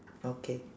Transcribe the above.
okay